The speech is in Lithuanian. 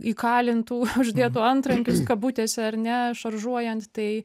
įkalintų uždėtų antrankius kabutėse ar ne šaržuojant tai